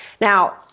Now